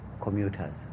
commuters